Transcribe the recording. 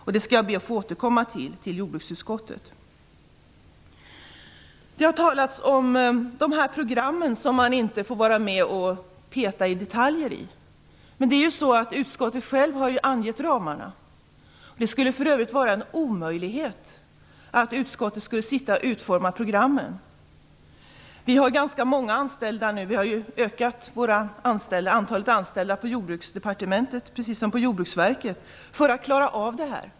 Jag skall be att få återkomma till jordbruksutskottet. Det har talats om att man inte får vara med och peta i detaljer i programmen. Men utskottet har ju självt angivit ramarna. Det skulle för övrigt vara en omöjlighet för utskottet att utforma programmen. Vi har ganska många anställda - vi har ökat antalet anställda på Jordbruksdepartementet precis som på Jordbruksverket - för att klara av detta.